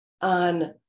on